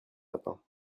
matin